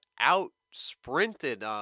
out-sprinted